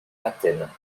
athènes